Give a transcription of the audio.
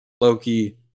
Loki